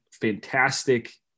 fantastic